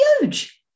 huge